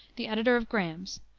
the editor of graham's,